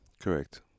Correct